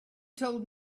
told